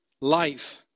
life